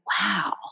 wow